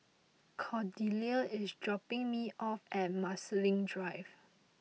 Cordelia is dropping me off at Marsiling Drive